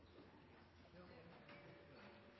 ja,